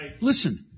Listen